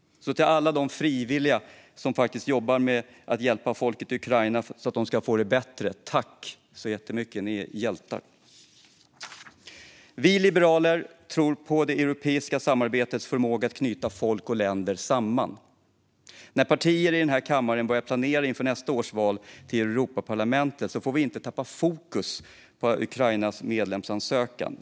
Till alla de frivilliga som jobbar för att folket i Ukraina ska få det bättre och en mer dräglig tillvaro: Tack så jättemycket! Ni är hjältar! Vi liberaler tror på det europeiska samarbetets förmåga att knyta folk och länder samman. När partier i den här kammaren börjar planera inför nästa års val till Europaparlamentet får vi inte tappa fokus på Ukrainas medlemsansökan.